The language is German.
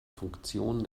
funktion